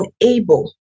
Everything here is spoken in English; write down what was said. unable